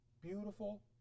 beautiful